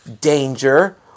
danger